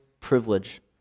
privilege